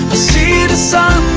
see the sun,